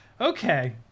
Okay